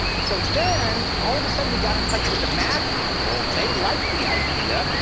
so then all of a sudden we got in touch with the mad people. they liked the idea.